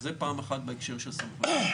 זה פעם אחת בהקשר של סמכויות.